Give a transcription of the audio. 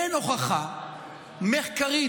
אין הוכחה מחקרית,